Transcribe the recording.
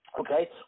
okay